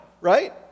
right